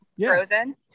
Frozen